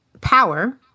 power